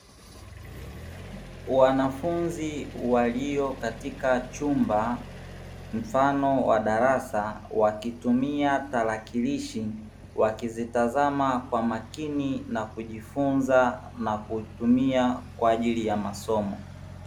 Wanafunzi walio katika chumba mfano wa darasa, wakitumia tarakilishi wakitazama kwa makini na kujifunza na kutumia kwa ajili ya masomo.